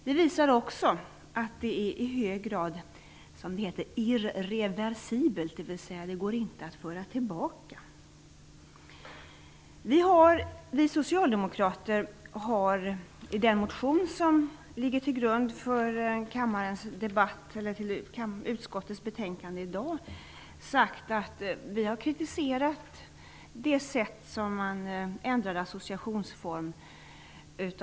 Det visar också att det i hög grad är irreversibelt, dvs. att det inte går att ändra tillbaka. Vi socialdemokrater har i en motion som behandlas i det utskottsbetänkande som debatteras i dag av flera anledningar kritiserat det sätt på vilket man ändrade associationsform.